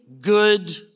good